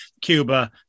Cuba